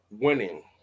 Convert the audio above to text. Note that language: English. winning